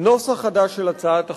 נוסח חדש של הצעת החוק,